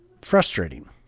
frustrating